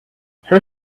her